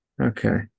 Okay